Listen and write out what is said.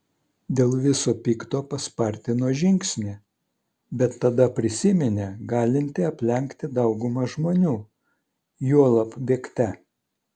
dėl viso pikto paspartino žingsnį bet tada prisiminė galinti aplenkti daugumą žmonių juolab bėgte